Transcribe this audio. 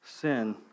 sin